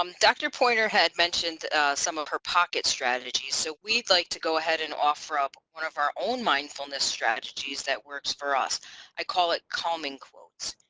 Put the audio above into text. um dr. poyner had mentioned some of her pocket strategies so we'd like to go ahead and offer up one of our own mindfulness strategies that works for us i call it calming quotes.